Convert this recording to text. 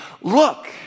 Look